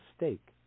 mistake